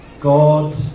God